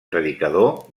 predicador